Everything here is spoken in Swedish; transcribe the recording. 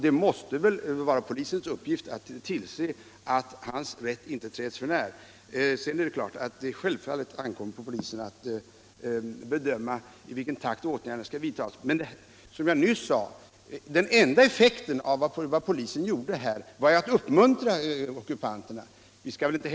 Det måste väl då vara polisens uppgift att tillse att hans rätt inte träddes för när. Självfallet ankommer det på polisen att bedöma i vilken takt åtgärder skall vidtas. Men som jag nyss sade blev den enda effekten av polisens ingripande att ockupanterna fick en uppmuntran.